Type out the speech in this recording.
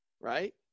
right